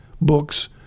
books